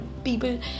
People